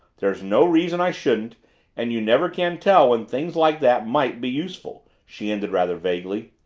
there's no reason i shouldn't and you never can tell when things like that might be useful, she ended rather vaguely.